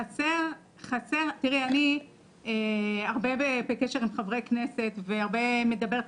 תראי אני הרבה בקשר עם חברי כנסת והרבה מדברת